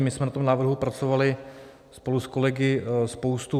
My jsme na tom návrhu pracovali spolu s kolegy spoustu...